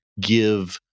give